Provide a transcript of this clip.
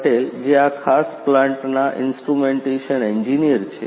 પટેલ જે આ ખાસ પ્લાન્ટના ઇન્સ્ટ્રુમેન્ટેશન એન્જીનીયર છે